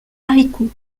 haricots